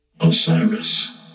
Osiris